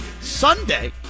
Sunday